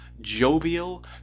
jovial